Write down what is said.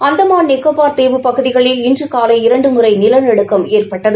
அந்தமான் நிகோபர் தீவு பகுதிகளில் இன்று காலை இரண்டு முறை நிலநடுக்கம் ஏற்பட்டது